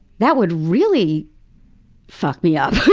that would really fuck me up.